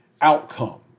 outcome